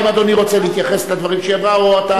האם אדוני רוצה להתייחס לדברים שהיא אמרה או שאתה,